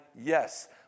yes